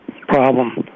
problem